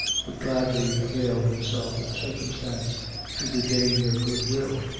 would gladly avail himself of the circumstance to regain their good will,